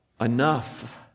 Enough